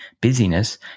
busyness